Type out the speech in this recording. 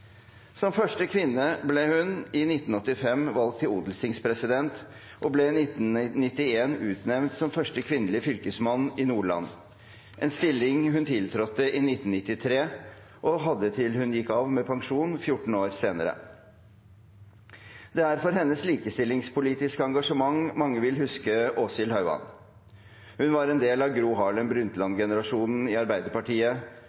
Som første kvinne ble hun i 1985 valgt til odelstingspresident, og hun ble i 1991 utnevnt som første kvinnelige fylkesmann i Nordland – en stilling hun tiltrådte i 1993 og hadde til hun gikk av med pensjon 14 år senere. Det er for hennes likestillingspolitiske engasjement mange vil huske Åshild Hauan. Hun var en del av Gro